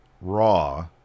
raw